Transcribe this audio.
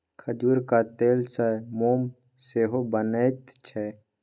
खजूरक तेलसँ मोम सेहो बनैत छै